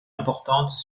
importantes